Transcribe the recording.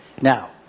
Now